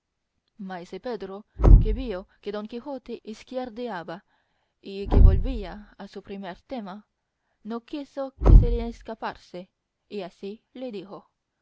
maese pedro que vio que don quijote izquierdeaba y que volvía a su primer tema no quiso que se le escapase y así le dijo